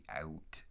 out